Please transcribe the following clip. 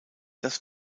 das